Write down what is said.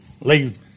leave